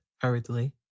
hurriedly